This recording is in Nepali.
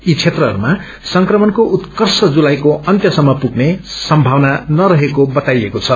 यी सेत्रहरूमा संक्रमणको उत्कर्व जुलाईको अन्तसम्म पुग्ने सम्भावना नरहेको बताइएको छ